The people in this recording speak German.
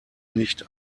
nicht